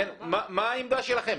מה העמדה שלכם?